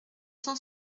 cent